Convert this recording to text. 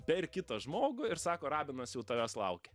per kitą žmogų ir sako rabinas jau tavęs laukia